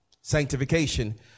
sanctification